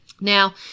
Now